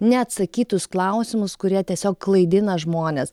neatsakytus klausimus kurie tiesiog klaidina žmones